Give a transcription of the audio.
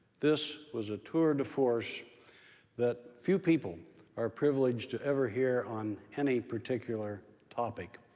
this was a tour de force that few people are privileged to ever hear on any particular topic.